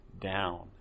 down